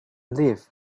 leave